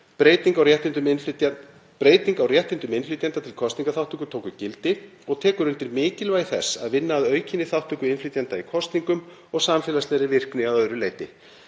breyting á réttindum innflytjenda til kosningaþátttöku tók gildi og tekur undir mikilvægi þess að vinna að aukinni þátttöku innflytjenda í kosningum og samfélagslegri virkni að öðru leyti.